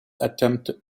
attempt